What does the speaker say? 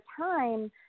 time